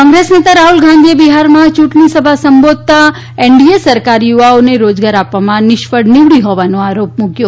કોંગ્રેસ નેતા રાહ્લ ગાંધીએ બિહારમાં ચૂંટણી સભા સંબોધતા એનડીએ સરકાર યુવાઓને રોજગાર આપવામાં નિષ્ફળ નીવડી હોવાનો આરોપ મૂક્યો